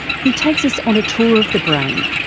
he takes us on a tour of the brain,